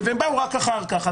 והם באו רק אחר כך.